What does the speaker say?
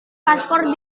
paspor